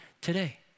today